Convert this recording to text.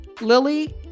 Lily